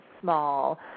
small